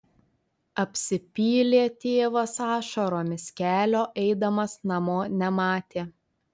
apsipylė tėvas ašaromis kelio eidamas namo nematė